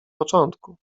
początku